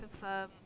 confirm